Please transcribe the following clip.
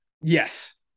yes